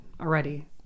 Already